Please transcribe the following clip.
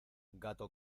gato